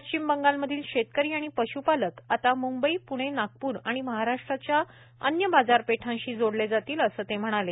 पश्चिम बंगालमधील शेतकरी आणि पश्पालक आता मंंबई प्णे नागपूर आणि महाराष्ट्राच्या अन्य बाजारपेठांशी जोडले जातील असे ते म्हणाले